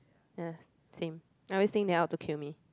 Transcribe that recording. ya same everything they are out to kill me